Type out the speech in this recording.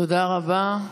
תודה רבה.